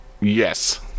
yes